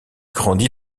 grandit